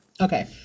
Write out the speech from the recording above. Okay